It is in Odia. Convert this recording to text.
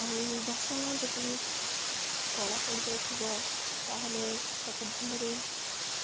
ଆଉ ବାସନ ଯଦି କଳା ପଡ଼ିଯାଇଥିବ ତା'ହେଲେ ତାକୁ ଭଲରେ